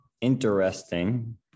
interesting